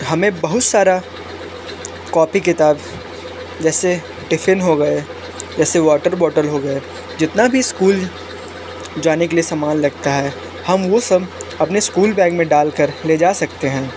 हमें बहुत सारा कॉपी किताब जैसे टिफिन हो गये जैसे वाटर बोतल हो गए जितना भी स्कूल जाने के लिए सामान लगता है हम वो सब अपने स्कूल बैग में डाल कर ले जा सकते हैं